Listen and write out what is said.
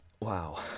Wow